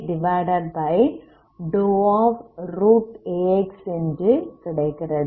∂uaxat∂ என்று கிடைக்கிறது